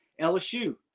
LSU